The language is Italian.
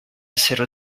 essere